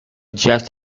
jet